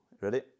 ready